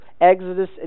Exodus